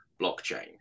blockchain